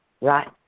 right